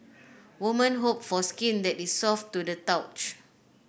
woman hope for skin that is soft to the